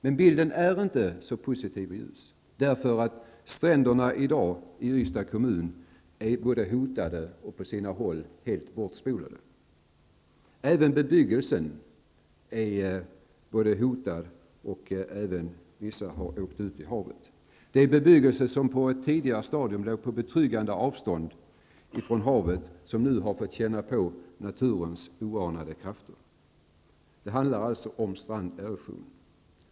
Men bilden är inte så positiv och ljus, därför att stränderna i Ystads kommun i dag är både hotade och på sina håll helt bortspolade. Även bebyggelsen är hotad, och viss bebyggelse har försvunnit ut i havet. Det är bebyggelse som på ett tidigare stadium låg på betryggande avstånd från havet som nu har fått känna på naturens oanade krafter. Det handlar alltså om stranderosion.